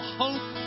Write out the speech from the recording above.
hope